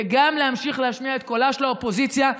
וגם להמשיך להשמיע את קולה של האופוזיציה.